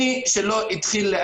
כך היום עושים דברים.